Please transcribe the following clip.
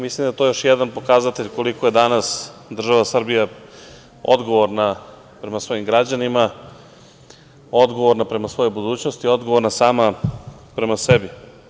Mislim da je to još jedan pokazatelj koliko je danas država Srbija odgovorna prema svojim građanima, odgovorna prema svojoj budućnosti, odgovorna sama prema sebi.